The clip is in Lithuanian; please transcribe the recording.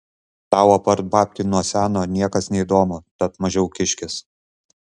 tau apart babkių nuo seno niekas neįdomu tad mažiau kiškis